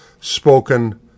spoken